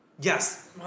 Yes